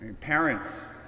Parents